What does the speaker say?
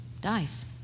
dies